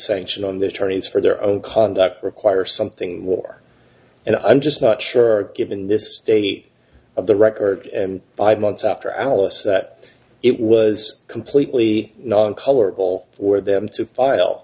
sanction on the attorneys for their own conduct require something more and i'm just not sure given this state of the record and five months after alice that it was completely non color goal for them to file